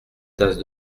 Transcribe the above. tasses